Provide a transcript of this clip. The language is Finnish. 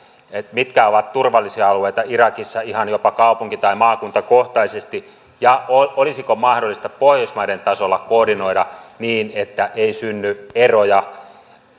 mitkä ovat turvallisia alueita irakissa ihan jopa kaupunki tai maakuntakohtaisesti ja olisiko mahdollista pohjoismaiden tasolla koordinoida niin että ei synny eroja